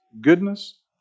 goodness